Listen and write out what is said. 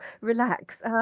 relax